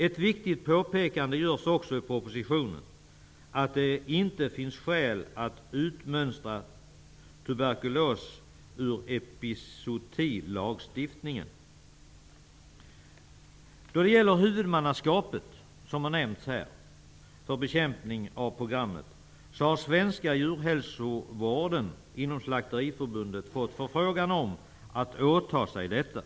Ett viktigt påpekande görs också i propositionen om att det inte finns skäl att utmönstra tuberkulos ur epizootilagstiftningen. Då det gäller huvudmannaskapet för bekämpningsprogrammet har Svenska djurhälsovården inom Slakteriförbundet fått förfrågan om att åta sig detta.